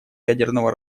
ядерного